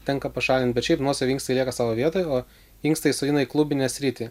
tenka pašalint bet šiaip nuosavi inkstai lieka savo vietoj o inkstą įsodiną į klubinę sritį